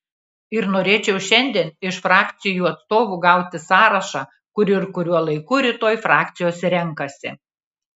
ir norėčiau šiandien iš frakcijų atstovų gauti sąrašą kur ir kuriuo laiku rytoj frakcijos renkasi